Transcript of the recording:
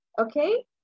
okay